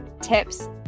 tips